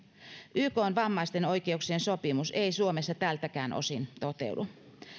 ykn vammaisten oikeuksien sopimus ei suomessa tältäkään osin toteudu